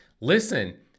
Listen